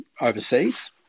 overseas